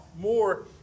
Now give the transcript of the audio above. more